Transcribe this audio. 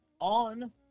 on